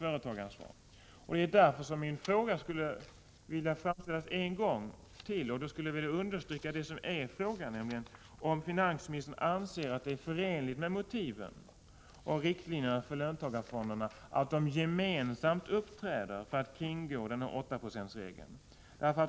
Jag måste därför framföra min fråga en gång till och understryka det som är själva frågeställningen, nämligen om finansministern anser att det är förenligt med motiven och riktlinjerna för löntagarfonderna att de uppträder gemensamt för att kringgå denna 8-procentsregel.